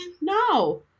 No